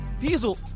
Diesel